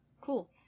Cool